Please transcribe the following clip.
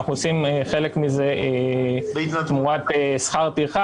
אנחנו עושים חלק מזה תמורת שכר טרחה